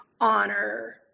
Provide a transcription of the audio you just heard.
honor